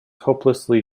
hopelessly